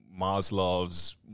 Maslow's